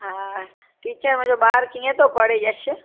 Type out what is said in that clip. हा टीचर मुंहिंजो ॿारु कीअं थो पढ़े यश